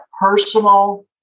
personal